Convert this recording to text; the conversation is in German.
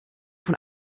von